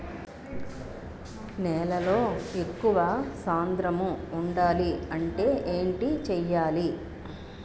నేలలో ఎక్కువ సాంద్రము వుండాలి అంటే ఏంటి చేయాలి?